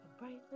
Bright